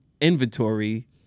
inventory